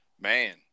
man